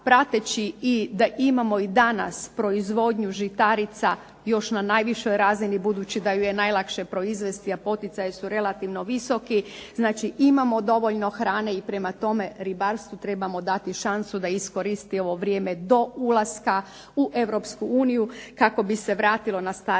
prateći da imamo i danas proizvodnju žitarica još na najvišoj razini budući da ju je najlakše proizvesti, a poticaji su relativno visoki. Znači imamo dovoljno hrane i prema tome ribarstvu trebamo dati šansu da iskoristimo ovo vrijeme do ulaska u Europsku uniju kako bi se vratilo na stare